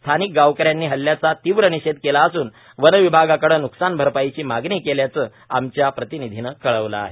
स्थानिक गावकऱ्यांनी हल्ल्याचा तीव्र निषेध केला असून वनविभागाकडं वुकसान भरपाईची मागणी केल्याचं आमच्या प्रतिनिधीनं कळवलं आहे